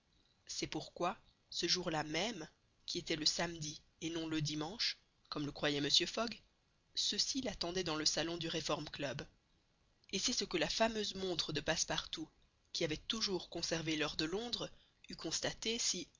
c'est pourquoi ce jour-là même qui était le samedi et non le dimanche comme le croyait mr fogg ceux-ci l'attendaient dans le salon du reform club et c'est ce que la fameuse montre de passepartout qui avait toujours conservé l'heure de londres eût constaté si